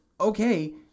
okay